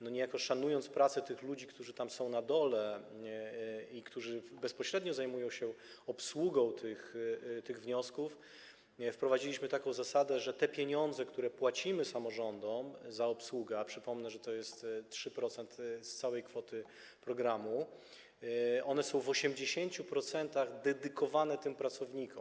Niejako szanując pracę tych ludzi, którzy są tam, na dole, i którzy bezpośrednio zajmują się obsługą tych wniosków, wprowadziliśmy taką zasadę, że te pieniądze, które płacimy samorządom za obsługę - a przypomnę, że to jest 3% całej kwoty programu - są w 80% dedykowane tym pracownikom.